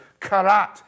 karat